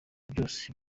byose